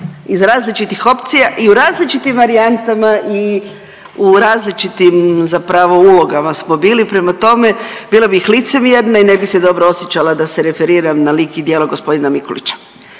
iz različitih opcija i u različitim varijantama i u različitim zapravo ulogama smo bili, prema tome bila bih licemjerna i ne bih se dobro osjećala da se referiram na lik i djelo gospodina Mikulića.